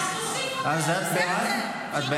אז את בעד?